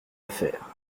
affaire